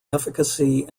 efficacy